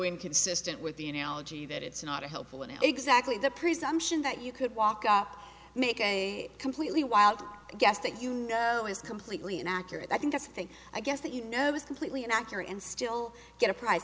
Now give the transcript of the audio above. inconsistent with the analogy that it's not helpful and exactly the presumption that you could walk up make a completely wild guess that you know is completely inaccurate i think this thing i guess that you know is completely inaccurate and still get a prize